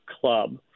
club